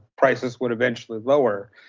prices would eventually lower.